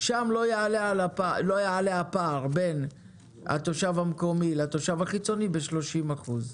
שם לא יעלה הפער בין התושב המקומי לתושב החיצוני ב-30%.